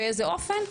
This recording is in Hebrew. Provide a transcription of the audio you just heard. באיזה אופן.